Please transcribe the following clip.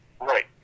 Right